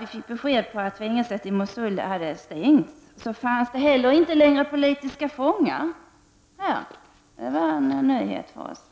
Vi fick besked om att fängelset i Mosul hade stängts och att det inte längre fanns några politiska fångar. Det var en nyhet för oss!